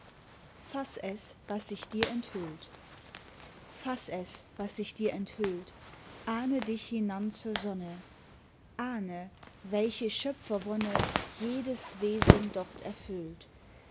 faß es was sich dir enthüllt faß es was sich dir enthüllt ahne dich hinan zur sonne ahne welche schöpfer wonne jedes wesen dort erfüllt